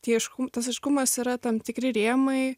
tie aiškum tas aiškumas yra tam tikri rėmai